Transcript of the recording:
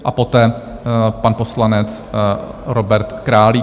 A poté pan poslanec Robert Králíček.